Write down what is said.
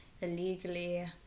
illegally